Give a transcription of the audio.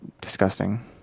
disgusting